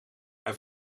hij